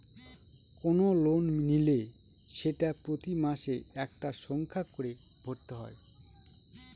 কোনো লোন নিলে সেটা প্রতি মাসে একটা সংখ্যা করে ভরতে হয়